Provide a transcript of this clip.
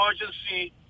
emergency